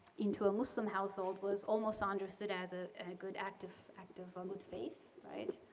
into a muslim household was almost understood as a good act of act of um good faith, right.